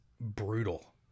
brutal